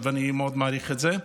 ואני מאוד מעריך את זה,